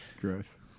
Gross